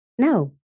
No